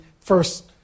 first